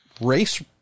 race